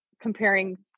comparing